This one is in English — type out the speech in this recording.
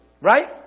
Right